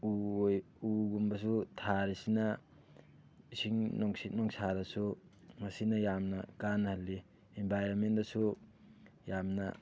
ꯎ ꯑꯣꯏ ꯎꯒꯨꯝꯕꯁꯨ ꯊꯥꯔꯤꯁꯤꯅ ꯏꯁꯤꯡ ꯅꯨꯡꯁꯤꯠ ꯅꯨꯡꯁꯥꯗꯁꯨ ꯃꯁꯤꯅ ꯌꯥꯝꯅ ꯀꯥꯟꯅꯍꯜꯂꯤ ꯏꯟꯚꯥꯏꯔꯣꯟꯃꯦꯟꯗꯁꯨ ꯌꯥꯝꯅ